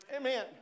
Amen